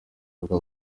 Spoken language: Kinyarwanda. bwa